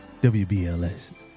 WBLS